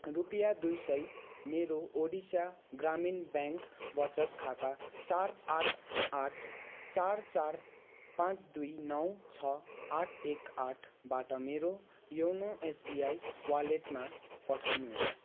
रुपियाँ दुई सय मेरो ओडिसा ग्रामीण ब्याङ्क वचत खाता चार आठ आठ चार चार पाँच दुई नौ छ आठ एक आठबाट मेरो योनो एसबिआई वालेटमा पठाउनुहोस्